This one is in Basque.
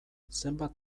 zenbat